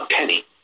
penny